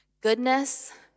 goodness